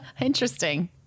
Interesting